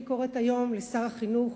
אני קוראת היום לשר החינוך,